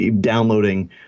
downloading